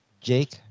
Jake